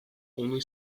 only